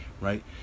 right